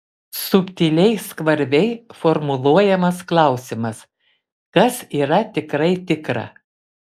subtiliai skvarbiai formuluojamas klausimas kas yra tikrai tikra